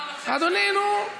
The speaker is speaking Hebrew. אדוני, נו.